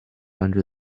under